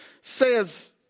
says